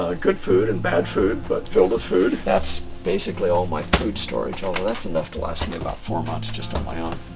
ah good food and bad food, but filled with food. that's basically all my food storage. that's enough to last me about four months just on my own.